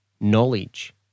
knowledge